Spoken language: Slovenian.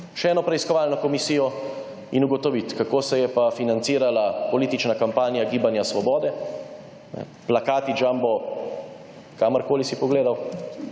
še eno preiskovalno komisijo in ugotoviti kako se je pa financirala politična kampanja Gibanja Svoboda. Plakati jumbo kamorkoli si pogledal.